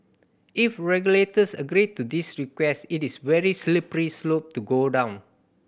if regulators agree to this request it is very slippery slope to go down